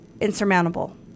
insurmountable